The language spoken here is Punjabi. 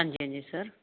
ਹਾਂਜੀ ਹਾਂਜੀ ਸਰ